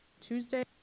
Tuesday